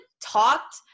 talked